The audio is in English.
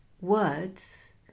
words